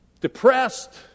depressed